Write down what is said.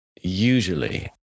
usually